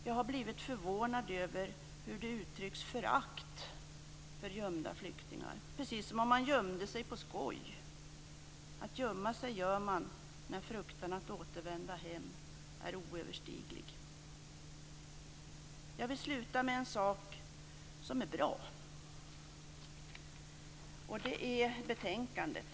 Jag har blivit förvånad över hur det uttrycks förakt för gömda flyktingar, precis som om de gömde sig på skoj. Man gömmer sig när fruktan för att återvända hem är oöverstiglig. Jag vill sluta med något som är bra.